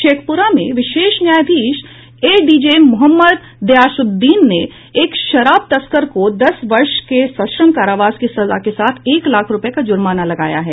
शेखप्रा में विशेष न्यायाधीश एडीजे मोहम्मद दयाशूददीन ने एक शराब तस्कर को दस वर्ष के सश्रम कारावास की सजा के साथ एक लाख रूपये का जुर्माना लगाया है